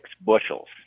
bushels